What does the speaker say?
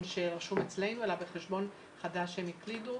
שרשום אצלנו אלא בחשבון חדש שהם הקלידו,